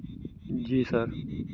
जी sir